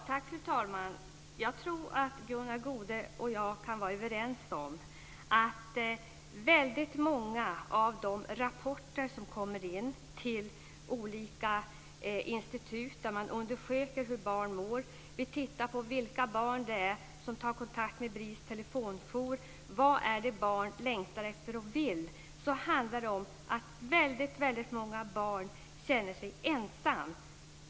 Tack, fru talman! Jag tror att Gunnar Goude och jag kan vara överens om att väldigt många av de rapporter som kommer in till olika institut där man undersöker hur barn mår vill titta på vilka barn det är som tar kontakt med BRIS telefonjour. Vad är det barn längtar efter och vill? Det handlar om att väldigt många barn känner sig ensamma.